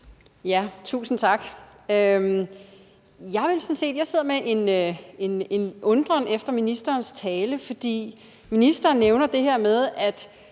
Tusind tak. Jeg sidder med en undren efter ministerens tale. For ministeren nævner det her med, at